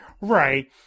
Right